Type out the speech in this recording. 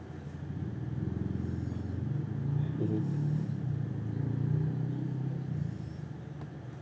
mmhmm